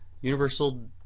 Universal